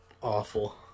awful